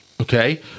Okay